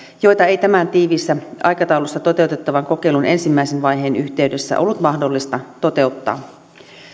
joita ei tämän tiiviissä aikataulussa toteutettavan kokeilun ensimmäisen vaiheen yhteydessä ole ollut mahdollista toteuttaa